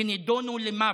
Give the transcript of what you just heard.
ונידונו למוות.